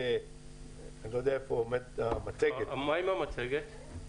אני לא יודע איפה עומדת המצגת -- מה עם המצגת?